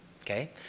okay